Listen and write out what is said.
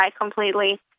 completely